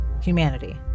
Humanity